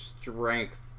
strength